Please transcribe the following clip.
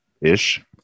ish